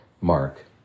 Mark